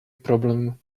problem